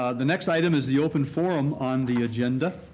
ah the next item is the open forum on the agenda.